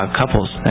couples